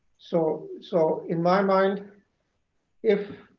so so in my mind if